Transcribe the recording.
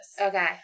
Okay